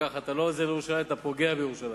כך אתה לא עוזר לירושלים, אתה פוגע בירושלים.